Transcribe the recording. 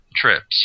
trips